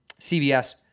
CVS